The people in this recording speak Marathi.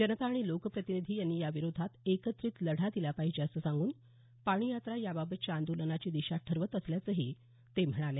जनता आणि लोकप्रतिनिधी यांनी याविरोधात एकत्रित लढा दिला पाहिजे असं सांगून पाणी यात्रा याबाबतच्या आंदोलनाची दिशा ठरवत असल्याचंही ते म्हणाले